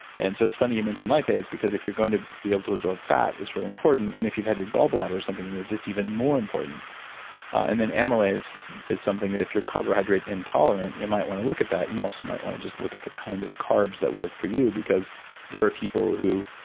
and so, it's funny you mentioned lipase because if you're going to be able to absorb fat, it's really important. and if you've had your gall bladder or something removed, it's even more important and then amylase is something that if you're carbohydrate intolerant you might wanna look at that. you also might wanna look at the kind of carbs that work for you because there are people who,